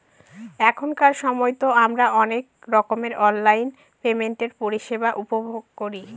এখনকার সময়তো আমারা অনেক রকমের অনলাইন পেমেন্টের পরিষেবা উপভোগ করি